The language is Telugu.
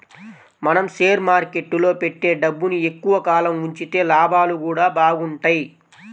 మనం షేర్ మార్కెట్టులో పెట్టే డబ్బుని ఎక్కువ కాలం ఉంచితే లాభాలు గూడా బాగుంటయ్